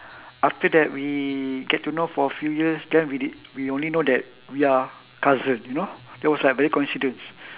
after that we get to know for a few years then we did we only know that we are cousin you know that was like very coincidence